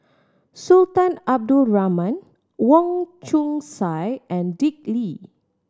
Sultan Abdul Rahman Wong Chong Sai and Dick Lee